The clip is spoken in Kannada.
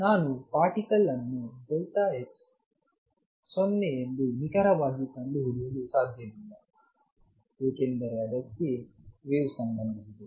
ನಾನು ಪಾರ್ಟಿಕಲ್ ಅನ್ನು x0 ಎಂದು ನಿಖರವಾಗಿ ಕಂಡುಹಿಡಿಯಲು ಸಾಧ್ಯವಿಲ್ಲ ಏಕೆಂದರೆ ಅದಕ್ಕೆ ವೇವ್ ಸಂಬಂಧಿಸಿದೆ